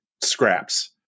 scraps